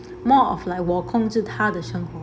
more of like 我控制他的生活